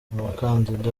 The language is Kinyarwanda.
umukandida